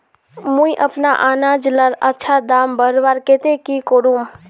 मुई अपना अनाज लार अच्छा दाम बढ़वार केते की करूम?